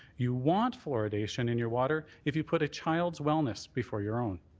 you want fluoridation in your water if you put a child's wellness before your own.